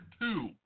two